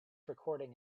recording